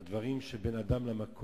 החלק הראשון זה הדברים שבין אדם למקום,